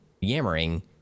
yammering